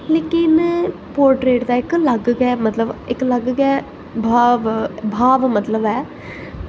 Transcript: मिगी पोर्ट्रेट दा इक अलग गै मतलब इक अलग गै भाव भाव मतलब ऐ